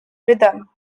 rhythm